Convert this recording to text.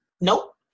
nope